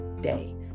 day